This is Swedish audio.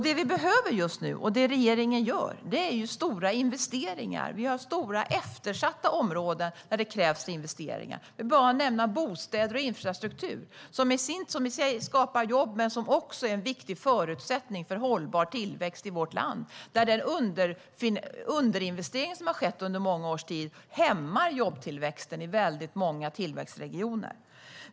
Det vi behöver just nu, och det regeringen gör, är stora investeringar. Vi har stora eftersatta områden där det krävs investeringar. Jag vill bara nämna bostäder och infrastruktur, som i sig skapar jobb men som också är en viktig förutsättning för hållbar tillväxt i vårt land. Många års underinvestering hämmar jobbtillväxten i många tillväxtregioner.